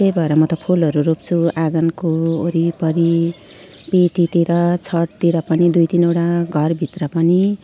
त्यही भएर म त फुलहरू रोप्छु आँगनको वरिपरि पेटीतिर छततिर पनि दुई तिनवटा घरभित्र पनि